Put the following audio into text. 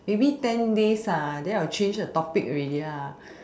maybe ten days ah then I will change the topic ready ah